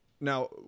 now